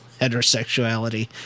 heterosexuality